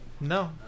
No